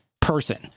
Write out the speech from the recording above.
person